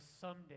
someday